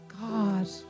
God